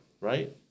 right